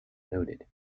noted